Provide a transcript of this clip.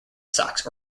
sox